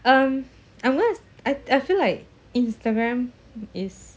um I'm just I I feel like Instagram is